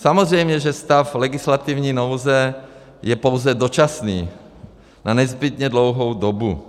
Samozřejmě že stav legislativní nouze je pouze dočasný na nezbytně dlouhou dobu.